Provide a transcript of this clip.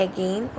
Again